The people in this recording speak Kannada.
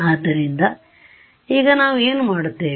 ಆದ್ದರಿಂದ ಈಗ ನಾವು ಏನು ಮಾಡುತ್ತೇವೆ